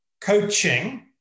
coaching